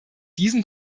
diesen